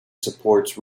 supports